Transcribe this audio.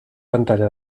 pantalla